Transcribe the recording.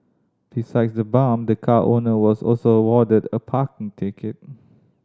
besides the bump the car owner was also awarded a parking ticket